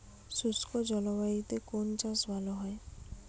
শুষ্ক জলবায়ুতে কোন চাষ ভালো হয়?